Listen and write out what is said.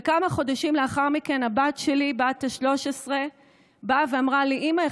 וכמה חודשים לאחר מכן הבת שלי בת ה-13 באה ואמרה לי: אימא,